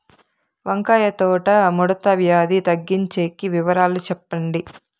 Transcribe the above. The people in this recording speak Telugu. వంకాయ తోట ముడత వ్యాధి తగ్గించేకి వివరాలు చెప్పండి?